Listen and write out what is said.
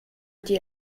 die